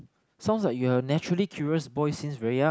sounds like you are naturally curious boy since very young